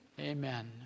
Amen